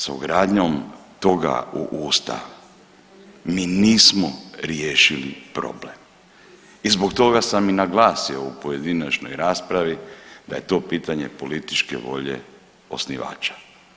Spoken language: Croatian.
Sa ugradnjom toga u Ustav mi nismo riješili problem i zbog toga sam i naglasio u pojedinačnoj raspravi da je to pitanje političke volje osnivača.